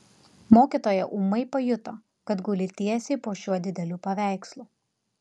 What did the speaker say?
mokytoja ūmai pajuto kad guli tiesiai po šiuo dideliu paveikslu